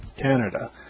Canada